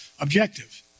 objective